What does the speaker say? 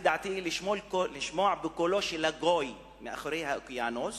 לפי דעתי, לשמוע בקולו של הגוי מעבר לאוקיינוס,